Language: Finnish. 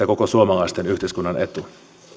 koko suomalaisen yhteiskunnan etu